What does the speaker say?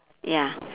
ya